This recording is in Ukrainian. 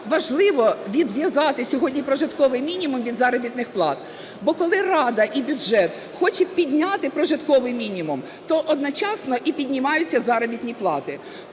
важливо відв'язати сьогодні прожитковий мінімум від заробітних плат? Бо, коли Рада і бюджет хоче підняти прожитковий мінімум, то одночасно і піднімаються заробітні плати.